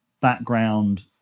background